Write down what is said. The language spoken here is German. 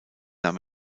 nahm